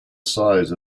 size